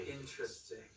Interesting